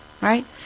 Right